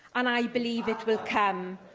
and i believe it will come.